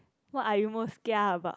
what are you most kia about